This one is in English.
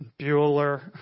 Bueller